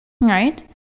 right